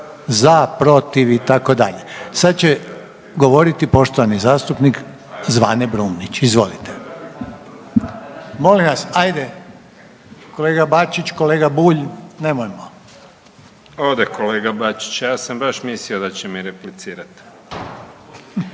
za, protiv, itd. Sad će govoriti poštovani zastupnik Zvane Brumnić, izvolite. Molim vas ajde, kolega Bačić, kolega Bulj nemojmo. **Brumnić, Zvane (Nezavisni)** Ode kolega Bačić, a ja sam baš mislio da će mi replicirati.